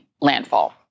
landfall